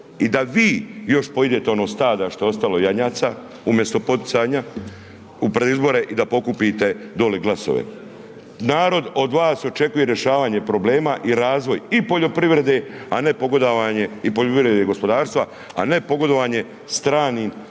i da vi još poidete ono stada što je ostalo janjaca umjesto poticanja u predizbore i da pokupite doli glasove, narod od vas očekuje rješavanje problema i razvoj i poljoprivrede, a ne pogodovanje i …/Govornik se ne razumije/…gospodarstva, a ne pogodovanje stranim